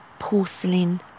porcelain